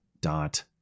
dot